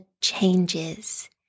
changes